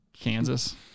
Kansas